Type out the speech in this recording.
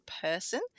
person